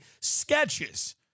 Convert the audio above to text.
sketches